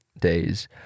days